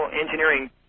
engineering